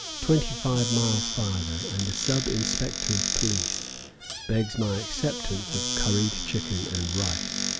twenty-five miles farther, and a sub-inspector of police begs my acceptance of curried chicken and rice.